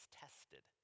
tested